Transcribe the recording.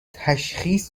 تشخیص